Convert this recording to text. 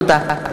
תודה.